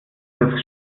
des